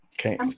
okay